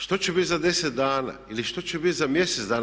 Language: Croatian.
Što će biti za 10 dana ili što će biti za mjesec dana?